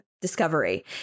discovery